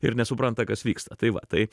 ir nesupranta kas vyksta tai va tai